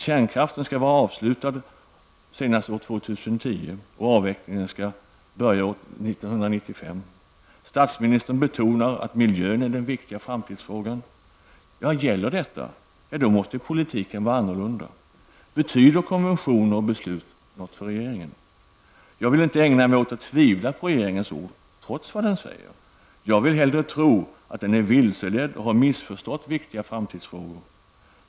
Kärnkraftsepoken skall vara avslutad senast år 2010, och avveckligen skall börja 1995. Statsministern betonar att miljön är den viktiga framtidsfrågan. Gäller detta, ja, då måste politiken vara annorlunda. Betyder konventioner och beslut något för regeringen? Jag vill inte ägna mig åt att tvivla på regeringens ord, trots vad den säger. Jag vill hellre tro att den är vilseledd och att den har missförstått viktiga framtidsfrågor.